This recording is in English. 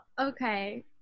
okay